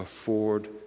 afford